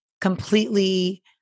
completely